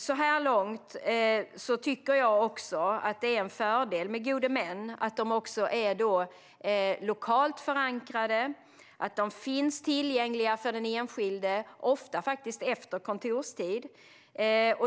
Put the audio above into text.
Så här långt tycker jag att det är en fördel med gode män att de också är lokalt förankrade, att de finns tillgängliga för den enskilde, ofta efter kontorstid.